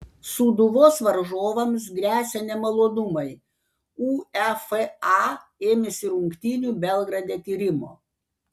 sūduvos varžovams gresia nemalonumai uefa ėmėsi rungtynių belgrade tyrimo